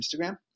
Instagram